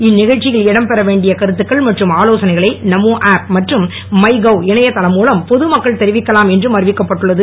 இந்நிகழ்ச்சியில் இடம் பெற வேண்டிய கருத்துக்கள் மற்றும் ஆலோசனைகளை நமோ ஆப் மற்றும் மை கவ் இணையதளம் மூலம் பொது மக்கள் தெரிவிக்கலாம் என்றும் அறிவிக்கப்பட்டுள்ளது